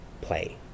play